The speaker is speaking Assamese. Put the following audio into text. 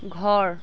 ঘৰ